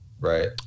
Right